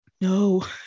no